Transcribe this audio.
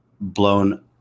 blown